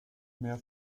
mehr